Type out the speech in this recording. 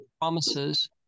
promises